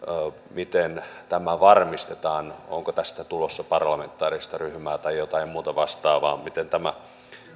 miten tämä varmistetaan onko tästä tulossa parlamentaarista ryhmää tai jotain muuta vastaavaa miten tämä